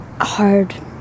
hard